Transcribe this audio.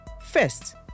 First